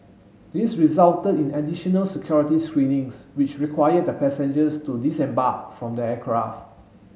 this resulted in additional security screenings which required the passengers to disembark from the aircraft